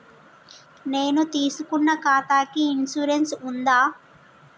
నేను తీసుకున్న ఖాతాకి ఇన్సూరెన్స్ ఉందా?